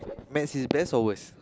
maths is best or worst